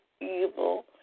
evil